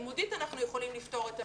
לימודית אנחנו יכולים לפתור את הבעיה.